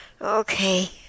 Okay